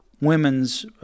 women's